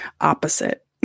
opposite